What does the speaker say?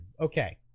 Okay